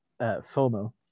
FOMO